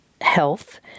health